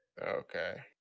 Okay